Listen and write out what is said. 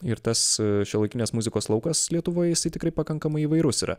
ir tas šiuolaikinės muzikos laukas lietuvoj jis tikrai pakankamai įvairus yra